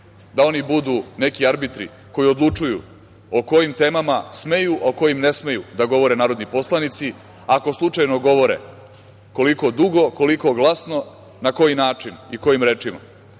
da oni budu neki arbitri koji odlučuju o kojim temama smeju, o kojim ne smeju da govore narodni poslanici ako slučajno govore koliko dugo, koliko glasno, na koji način i kojim rečima,